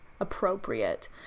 appropriate